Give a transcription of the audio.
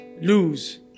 lose